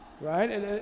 right